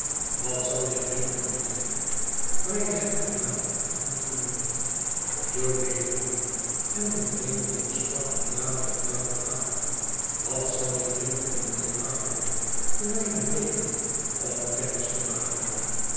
wat zal je drinken mijnheer maar je hebt je naam nog niet genoemd jo deed dit nu en de vreemdeling sprak hem dadelijk daarop aan wat zal je drinken mijnheer gargery voor mijne rekening om kennis te maken